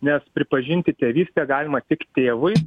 nes pripažinti tėvystę galima tik tėvui